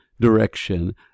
direction